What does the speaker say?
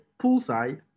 poolside